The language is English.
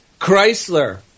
Chrysler